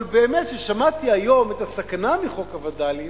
אבל באמת, כששמעתי היום את הסכנה מחוק הווד"לים,